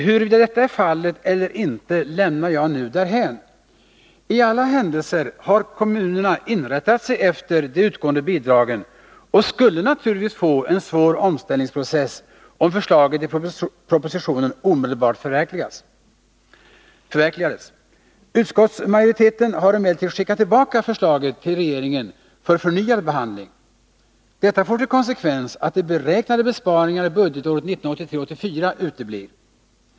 Huruvida detta är fallet eller inte lämnar jag nu därhän. I alla händelser har kommunerna inrättat sig efter de utgående bidragen och skulle naturligtvis få en svår omställningsprocess, om förslaget i propositionen omedelbart förverkligades. Utskottsmajoriteten har emellertid skickat tillbaka förslaget till regeringen för förnyad behandling. Detta får till konsekvens att de beräknade besparingarna budgetåret 1983/84 uteblir.